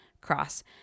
cross